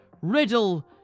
Riddle